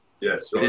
yes